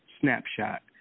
snapshot